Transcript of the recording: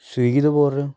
Swiggy ਤੋਂ ਬੋਲ ਰਹੇ ਹੋ